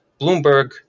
bloomberg